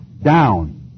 down